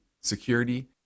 security